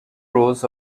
rows